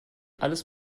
alles